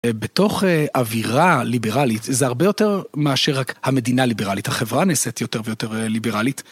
בתוך אווירה ליברלית זה הרבה יותר מאשר רק המדינה ליברלית, החברה נעשית יותר ויותר ליברלית.